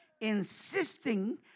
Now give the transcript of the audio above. insisting